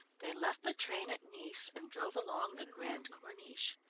they left the train at nice and drove along the grande corniche.